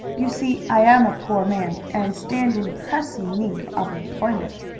you see i am a poor man, and stand in pressing need of employment.